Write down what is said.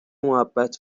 محبت